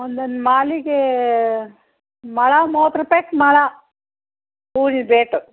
ಒಂದೊಂದು ಮಾಲೆಗೇ ಮೊಳ ಮೂವತ್ತು ರೂಪಾಯ್ಗೆ ಮೊಳ ಹೂವಿಂದ್ ರೇಟು